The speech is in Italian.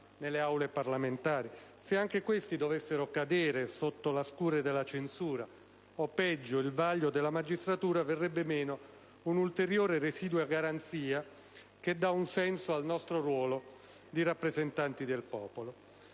nelle Aule parlamentari. Se anche questi dovessero cadere sotto la scure della censura, o peggio sotto il vaglio della magistratura, verrebbe meno un'ulteriore residua garanzia che dà un senso al nostro ruolo di rappresentanti del popolo.